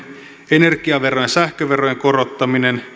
energiaverojen sähköverojen korottaminen